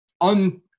un-